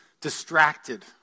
distracted